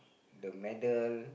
the medal